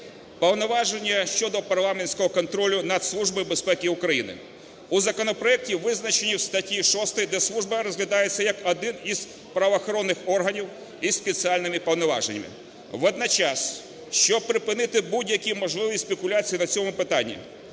Повноваження щодо парламентського контролю Нацслужби безпеки України. У законопроекті визначені в статті 6, де служба розглядається як один із правоохоронних органів із спеціальними повноваженнями. Водночас, щоб припинити будь-які можливі спекуляції на цьому питанні,